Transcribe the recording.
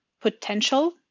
potential